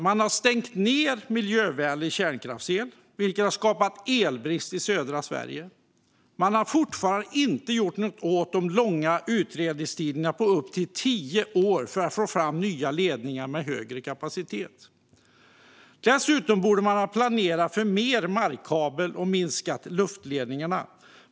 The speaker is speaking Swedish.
Man har stängt ned miljövänlig kärnkraftsel, vilket har skapat elbrist i södra Sverige. Man har fortfarande inte gjort något åt de långa utredningstiderna på upp till tio år för att få fram nya ledningar med högre kapacitet. Man borde dessutom ha planerat för mer markkabel och minskat på antalet luftledningar.